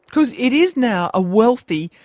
because it is now a wealthy,